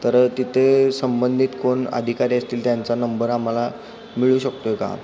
तर तिथे संबंधित कोण अधिकारी असतील त्यांचा नंबर आम्हाला मिळू शकतोय का